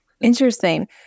Interesting